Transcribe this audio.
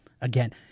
again